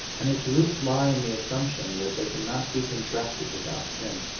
and its roots lie in the assumption that they cannot be contracted without sin.